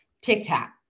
TikTok